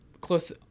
close